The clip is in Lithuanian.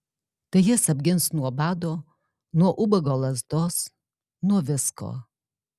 tai jis apgins nuo bado nuo ubago lazdos nuo visko